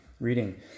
reading